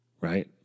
Right